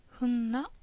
Hunna